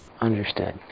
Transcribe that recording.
Understood